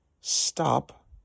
stop